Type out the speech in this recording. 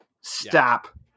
stop